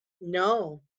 No